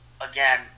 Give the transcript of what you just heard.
again